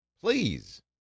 Please